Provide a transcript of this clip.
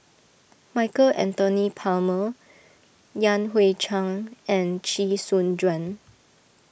Michael Anthony Palmer Yan Hui Chang and Chee Soon Juan